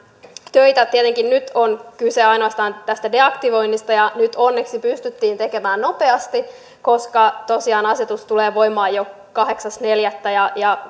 töitä tietenkin nyt on kyse ainoastaan tästä deaktivoinnista ja nyt onneksi pystyttiin tekemään nopeasti koska tosiaan asetus tulee voimaan jo kahdeksas neljättä ja ja